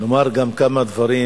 נאמר גם כמה דברים